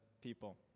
people